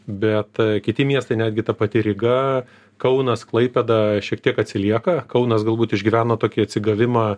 bet kiti miestai netgi ta pati ryga kaunas klaipėda šiek tiek atsilieka kaunas galbūt išgyveno tokį atsigavimą